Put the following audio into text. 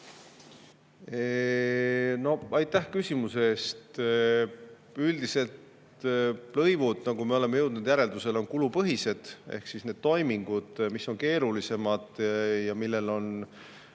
Aitäh küsimuse eest! Üldiselt lõivud, nagu me oleme jõudnud järeldusele, on kulupõhised. Ehk need toimingud, mis on keerulisemad ja millel on